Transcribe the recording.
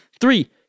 three